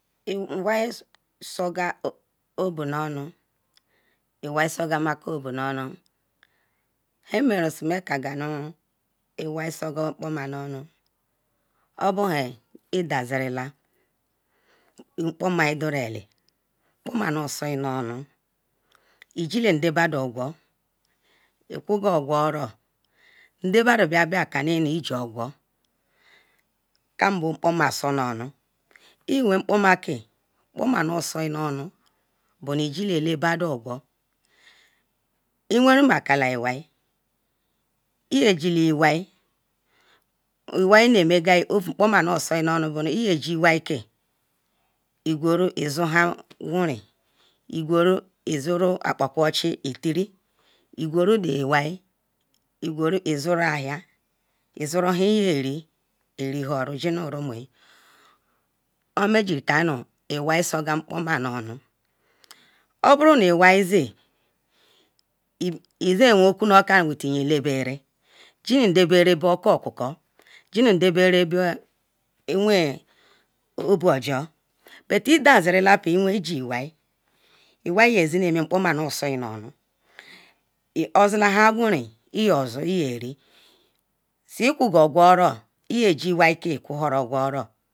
iwal so gal obonu nu ham meren si maker iwai soga l oval nuonu obo ma idazirila mpoma nu so nu onu ijila nde badu ogor isina qwar quar oro nde bador babia ka nu iji ba oquar iwen kpoma kebo nu ijila nde badun oquar iwenuran iwai iyajile iwai yesinamel ovol nosonunu iguru zurun nhan guru iguru the iwai izura akbako chi iguru zuru nhan jinu r rumuyin yeri oha merun mejirika iwai sogal nu onu ijila iwai izo wen okunuka nu badun chi nu nde berala bokoko jiru ndebera be wen oval ojul bet idazirila be l lji lwao lwai ye mey ovol nu sonu onu ozi han guren iyozol oboru pal i quargal okworo iye jiiwan ke quar guar oro